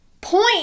point